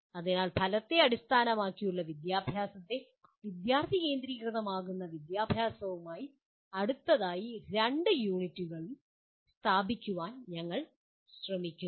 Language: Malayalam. അതിനാൽ ഫലത്തെ അടിസ്ഥാനമാക്കിയുള്ള വിദ്യാഭ്യാസത്തെ വിദ്യാർത്ഥികേന്ദ്രീകൃതമാക്കുന്ന വിദ്യാഭ്യാസമായി അടുത്തതായി രണ്ട് യൂണിറ്റുകളിലൂടെ സ്ഥാപിക്കാൻ ഞങ്ങൾ ശ്രമിക്കുന്നു